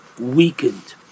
weakened